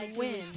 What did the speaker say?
win